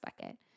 bucket